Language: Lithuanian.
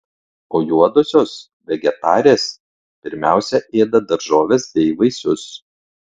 o juodosios vegetarės pirmiausia ėda daržoves bei vaisius